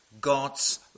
God's